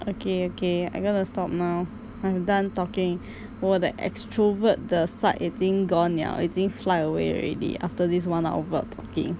okay okay I'm gonna stop now I'm done talking 我的 extrovert 的 side 已经 gone 了已经 fly away already after this one hour of talking